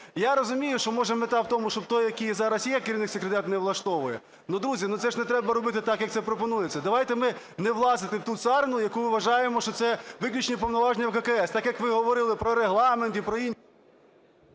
Я розумію, що, може, мета в тому, щоб той, який зараз є, керівник секретаріату не влаштовує. Друзі, це ж не треба робити так, як це пропонується. Давайте ми не влазити в ту царину, яку вважаємо, що це виключні повноваження ВККС. Так, як ви говорили про Регламент і про інше…